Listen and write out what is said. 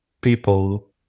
People